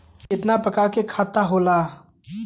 कितना प्रकार के खाता होला?